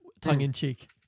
tongue-in-cheek